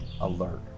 alert